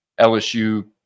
LSU